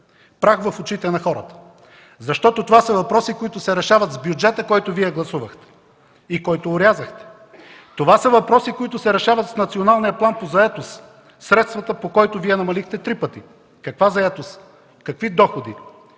Прах в очите на хората! Това са въпроси, които се решават с бюджета, който Вие гласувахте и който орязахте. Това са въпроси, които се решават с Националния план по заетост, средствата по който Вие намалихте три пъти. Каква заетост? Какви доходи?